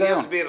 אני אסביר.